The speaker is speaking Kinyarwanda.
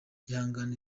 ihangane